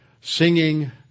singing